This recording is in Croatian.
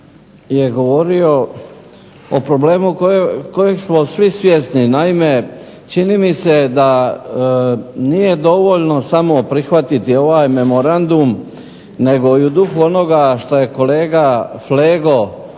je govorio o problemu kojeg smo svi svjesni. Naime, čini mi se da nije dovoljno samo prihvatiti ovaj memorandum nego i u duhu onoga što je kolega Flego